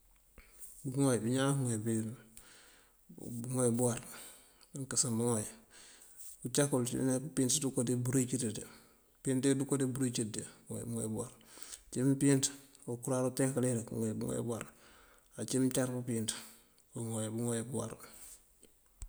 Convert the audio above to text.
Bëŋooy bí iñaan këëwím bí bëëŋoy búwar, nëënkësan bëŋooy. Uncakul cíwun pëëmpíinţ ţënko ţí meeţí bëruwí cíiţ ţël, mëëmpíinţ ţënko ţí bëruwí cíiţ ţí këëŋoy bëŋooy búwar. Uncí mpíinţ okurar tekëler këŋooy bëŋooy búwar. Uncí mëëncar pëëmpíinţ këŋooy bëŋooy búwar.